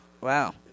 Wow